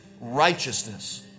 righteousness